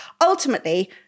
ultimately